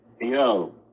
Yo